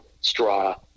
Straw